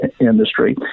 industry